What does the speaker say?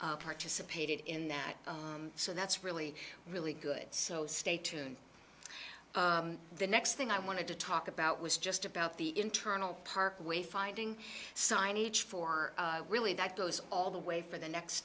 participated in that so that's really really good so stay tuned the next thing i wanted to talk about was just about the internal parkway finding signage for really that goes all the way for the next